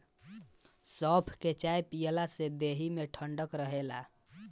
सौंफ के चाय पियला से देहि में ठंडक रहेला